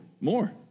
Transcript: more